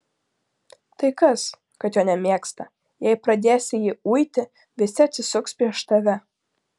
tai kas kad jo nemėgsta jei pradėsi jį uiti visi atsisuks prieš tave